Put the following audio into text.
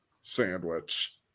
sandwich